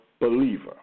believer